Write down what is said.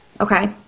Okay